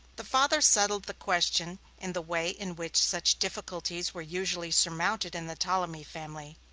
the father settled the question in the way in which such difficulties were usually surmounted in the ptolemy family.